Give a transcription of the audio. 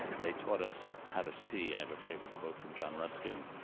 they taught us how to see. i have a favorite quote from john ruskin,